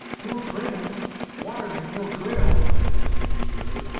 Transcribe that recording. no trail water make no trail, said hist, eagerly.